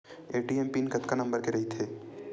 ATM pin कतका number के रही थे?